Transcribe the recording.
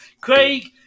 Craig